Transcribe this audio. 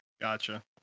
Gotcha